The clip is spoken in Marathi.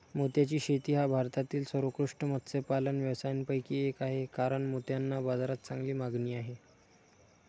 मोत्याची शेती हा भारतातील सर्वोत्कृष्ट मत्स्यपालन व्यवसायांपैकी एक आहे कारण मोत्यांना बाजारात चांगली मागणी आहे